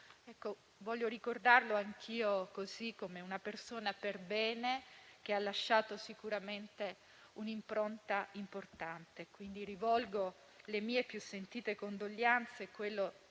Veneto. Voglio ricordarlo anch'io così, come una persona per bene, che ha lasciato sicuramente un'impronta importante. Rivolgo le più sentite condoglianze mie